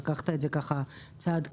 שלקחת את זה צעד קדימה.